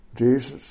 Jesus